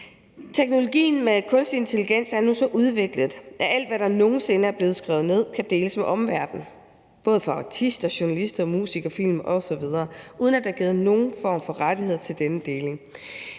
Teknologien med kunstig intelligens er nu så udviklet, at alt, hvad der nogen sinde er blevet skrevet ned, kan deles med omverdenen, altså både fra artister, journalister, musikere, film osv., uden at der er givet nogen form for rettigheder til denne deling.